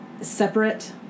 separate